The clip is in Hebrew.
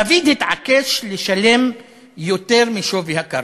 דוד התעקש לשלם יותר משווי הקרקע.